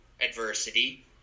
adversity